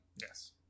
Yes